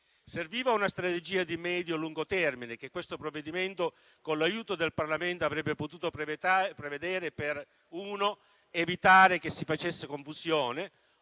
Serviva una strategia di medio e lungo termine che questo provvedimento, con l'aiuto del Parlamento, avrebbe potuto prevedere per evitare in primo luogo che si facesse confusione;